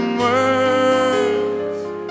words